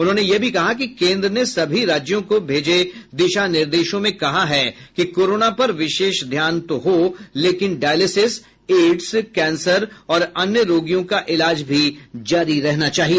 उन्होंने यह भी कहा कि केन्द्र ने सभी राज्यों को भेजे दिशा निर्देशों में कहा है कि कोरोना पर विशेष ध्यान तो हो लेकिन डायलिसिस एड्स कैंसर और अन्य रोगियों का इलाज भी जारी रहना चाहिए